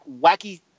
wacky